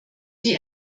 die